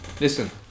Listen